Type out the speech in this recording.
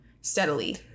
steadily